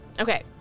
Okay